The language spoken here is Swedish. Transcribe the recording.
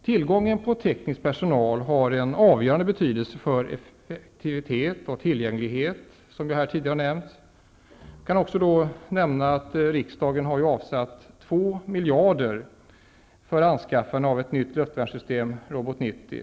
Tillgången på teknisk personal har en avgörande betydelse för effektivitet och tillgänglighet, som tidigare framhållits. Jag kan då nämna att riksdagen har avsatt 2 miljarder kronor för anskaffning av ett nytt luftvärnssystem, Robot 90.